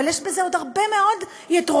אבל יש בזה עוד הרבה מאוד יתרונות.